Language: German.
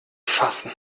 fassen